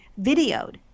videoed